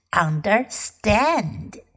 understand